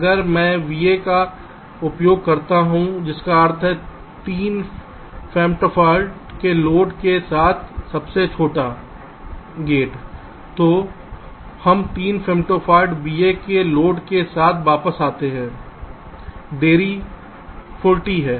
अगर मैं va का उपयोग करता हूं जिसका अर्थ है 3 फेमटॉफ़र्ड के लोड के साथ सबसे छोटा गेट तो हम 3 फ़ीमेलोफ़र्ड vA के लोड के साथ वापस जाते हैं देरी 40 है